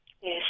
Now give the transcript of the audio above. Yes